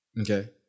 Okay